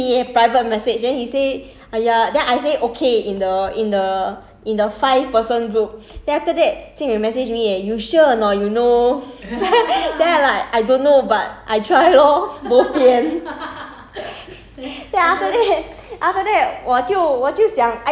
support angel go bottom then I just then jing wei message me eh private message then he say !aiya! then I say okay in the in the in the five person group then after that jing wei message me eh you sure or not you know then like I don't know but I try lor bopian